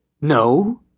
No